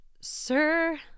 sir